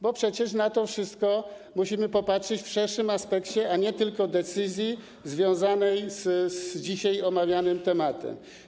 Bo przecież na to wszystko musimy popatrzeć w szerszym aspekcie, a nie tylko w kontekście decyzji związanej z dzisiaj omawianym tematem.